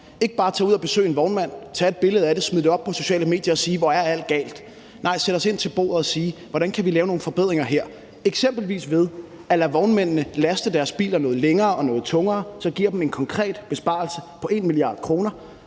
ikke bare at tage ud og besøge en vognmand, tage et billede af det og smide det op på de sociale medier og sige, at hvor er alting galt. Nej, vi sætter os ind til bordet og spørger, hvordan vi her kan lave nogle forbedringer, eksempelvis ved at lade vognmændene laste deres biler noget længere og noget tungere, hvad der giver dem en konkret besparelse på 1 mia. kr.,